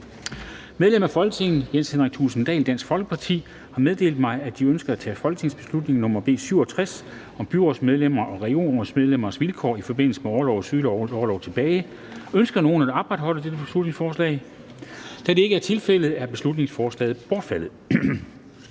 Medlem af Folketinget, Jens Henrik Thulesen Dahl (DF), har meddelt mig, at han ønsker at tage følgende forslag tilbage: Forslag til folketingsbeslutning om byrådsmedlemmers og regionrådsmedlemmers vilkår i forbindelse med orlov og sygeorlov. (Beslutningsforslag nr. B 67). Ønsker nogen at opretholde dette beslutningsforslag? Da det ikke er tilfældet, er beslutningsforslaget bortfaldet.